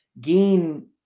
gain